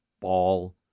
ball